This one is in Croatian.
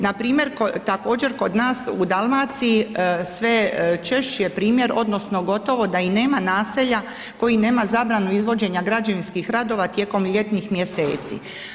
Npr. također kod nas u Dalmaciji sve češći je primjer odnosno gotovo da i nema naselja koji nema zabranu izvođenja građevinskih radova tijekom ljetnih mjeseci.